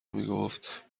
میگفت